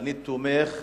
ואני תומך